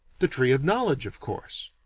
the tree of knowledge, of course.